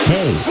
Hey